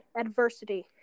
adversity